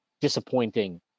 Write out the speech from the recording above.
disappointing